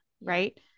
right